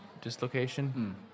dislocation